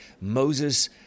Moses